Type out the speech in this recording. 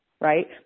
right